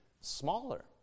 smaller